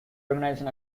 organization